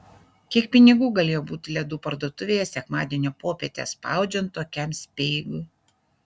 kiek pinigų galėjo būti ledų parduotuvėje sekmadienio popietę spaudžiant tokiam speigui